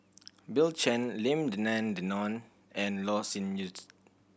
Bill Chen Lim Denan Denon and Loh Sin Needs